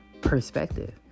perspective